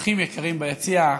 אורחים יקרים ביציע,